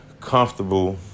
comfortable